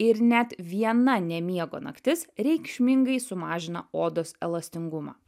ir net viena nemiego naktis reikšmingai sumažina odos elastingumą